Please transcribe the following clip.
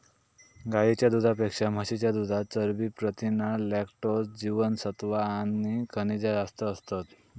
गाईच्या दुधापेक्षा म्हशीच्या दुधात चरबी, प्रथीना, लॅक्टोज, जीवनसत्त्वा आणि खनिजा जास्त असतत